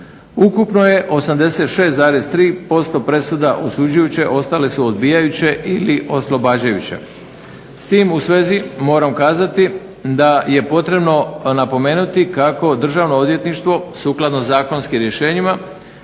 ukupno je 86,3% presuda osuđujuće, ostale su odbijajuće ili oslobađajuće. S tim u svezi moram kazati da je potrebno napomenuti kako Državno odvjetništvo, sukladno zakonskim rješenjima,